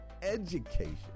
education